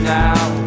now